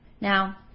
now